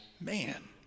man